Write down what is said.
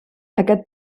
aquest